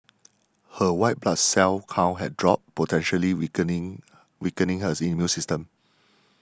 her white blood cell count had dropped potentially weakening weakening her immune system